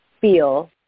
feel